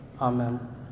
Amen